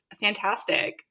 fantastic